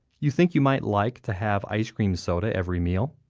you think you might like to have ice cream soda every meal,